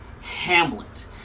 Hamlet